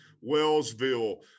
Wellsville